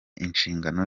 inshingano